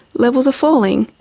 levels are falling,